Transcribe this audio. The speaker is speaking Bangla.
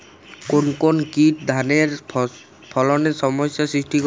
কোন কোন কীট ধানের ফলনে সমস্যা সৃষ্টি করে?